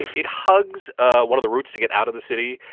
it it hugs ah one of the routes to get out of the city.